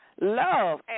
love